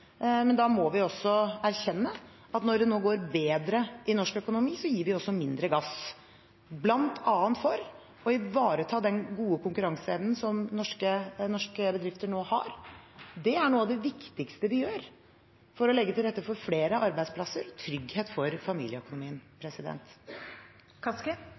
Men da må vi også erkjenne at når det nå går bedre i norsk økonomi, gir vi også mindre gass, bl.a. for å ivareta den gode konkurranseevnen som norske bedrifter nå har. Det er noe av det viktigste vi gjør for å legge til rette for flere arbeidsplasser og trygghet for familieøkonomien.